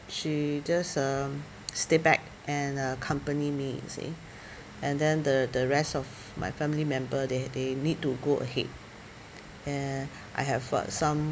she just um stay back and uh company me you see and then the the rest of my family member they they need to go ahead and I have uh some